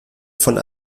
von